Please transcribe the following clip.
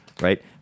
right